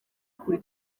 kuri